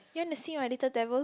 you wanna see my little devil